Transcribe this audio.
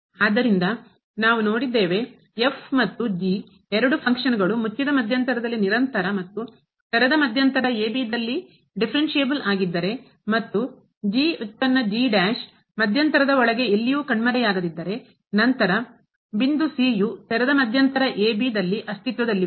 ಆದ್ದರಿಂದ ನಾವು ನೋಡಿದ್ದೇವೆ ಮತ್ತು ಎರಡು ಫಂಕ್ಷನ್ ಕಾರ್ಯ ಗಳು ಮುಚ್ಚಿದ ಮಧ್ಯಂತರದಲ್ಲಿ ನಿರಂತರ ಮತ್ತು ತೆರೆದ ಮಧ್ಯಂತರ a b ದಲ್ಲಿ ಡಿಫರೆನ್ಸ್ಸಿಬಲ್ ಆಗಿದ್ದರೆ ಮತ್ತು ಉತ್ಪನ್ನ ಮಧ್ಯಂತರದ ಒಳಗೆ ಎಲ್ಲಿಯೂ ಕಣ್ಮರೆಯಾಗದಿದ್ದರೆ ನಂತರ ಬಿಂದು c ಯು ತೆರೆದ ಮಧ್ಯಂತರ a b ಅಸ್ತಿತ್ವದಲ್ಲಿವೆ